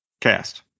cast